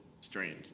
strange